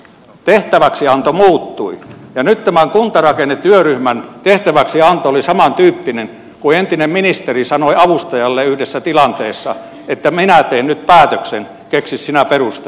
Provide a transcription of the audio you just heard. tehtäväksianto muuttui ja nyt tämän kuntarakennetyöryhmän tehtäväksianto oli samantyyppinen kuin entisen ministerin sanoessa avustajalleen yhdessä tilanteessa että minä teen nyt päätöksen keksi sinä perustelut